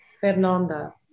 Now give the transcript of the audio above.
Fernanda